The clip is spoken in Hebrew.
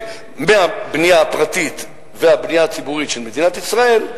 מהבנייה הפרטית והבנייה הציבורית של מדינת ישראל,